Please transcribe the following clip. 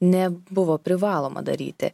nebuvo privaloma daryti